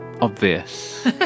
obvious